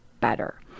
better